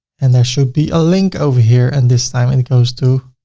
and there should be a link over here and this time it goes to